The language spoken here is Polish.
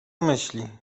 myśli